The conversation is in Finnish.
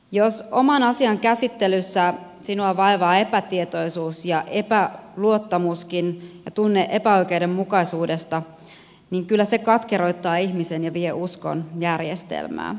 jos oman asian käsittelyssä vaivaa epätietoisuus ja epäluottamuskin ja tunne epäoikeudenmukaisuudesta niin kyllä se katkeroittaa ihmisen ja vie uskon järjestelmään